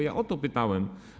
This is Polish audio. Ja o to pytałem.